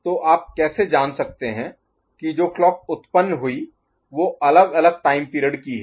तो आप कैसे जान सकते हैं कि जो क्लॉक उत्पन्न हुई वो अलग अलग टाइम पीरियड की है